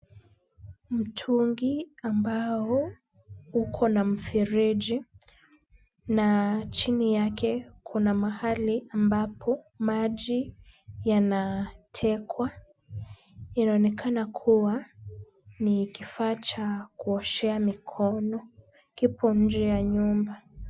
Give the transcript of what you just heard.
Mtungi ambao uko na mfereji na chini yake kuna mahali ambapo maji yanatekwa. Inaonekana kuwa ni kifaa cha kuoshea mikono, kipo nje ya nyumba.